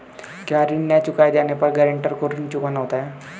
क्या ऋण न चुकाए जाने पर गरेंटर को ऋण चुकाना होता है?